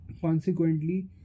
consequently